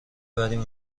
بریم